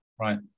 Right